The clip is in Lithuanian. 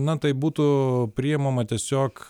na tai būtų priimama tiesiog